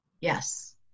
Yes